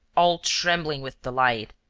all trembling with delight.